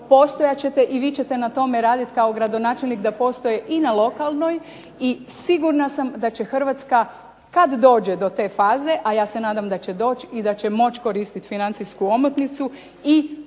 postojat ćete i vi ćete na tome raditi kao gradonačelnik da postoje i na lokalnoj. I sigurna sam da će Hrvatska kada dođe do te faze, a ja se nadam da će doć i da će moći koristiti financijsku omotnicu